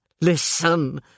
Listen